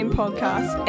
podcast